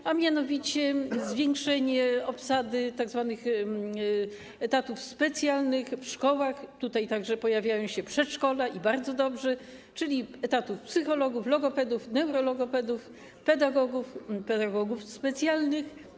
Chodzi mianowicie o zwiększenie obsady, liczby tzw. etatów specjalnych w szkołach, tutaj także pojawiają się przedszkola, bardzo dobrze, czyli etatów psychologów, logopedów, neurologopedów, pedagogów i pedagogów specjalnych.